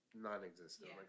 non-existent